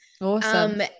Awesome